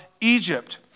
Egypt